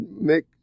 make